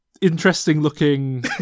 interesting-looking